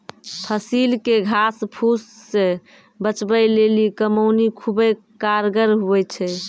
फसिल के घास फुस से बचबै लेली कमौनी खुबै कारगर हुवै छै